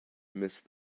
missed